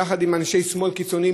יחד עם אנשי שמאל קיצוני,